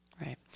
right